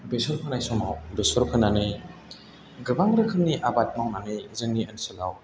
बेसर फोनाय समाव बेसर फोनानै गोबां रोखोमनि आबाद मावनानै जोंनि ओनसोलाव